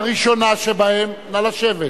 נא לשבת.